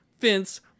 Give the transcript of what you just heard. fence